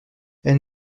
elle